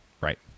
Right